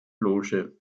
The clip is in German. loge